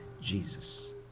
Jesus